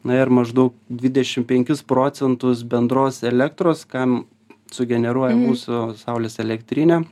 na ir maždaug dvidešim penkis procentus bendros elektros kam sugeneruoja mūsų saulės elektrinė